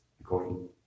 according